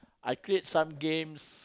I create some games